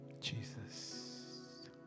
Jesus